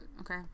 okay